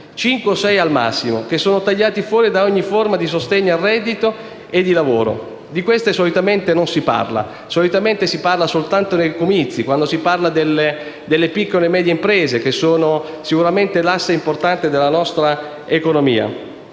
cinque o sei al massimo, che sono tagliati fuori da ogni forma di sostegno al reddito e al lavoro. Di queste solitamente non si parla o se ne parla soltanto nei comizi, quando si parla delle piccole e medie imprese, che sono sicuramente l'asse portante della nostra economia.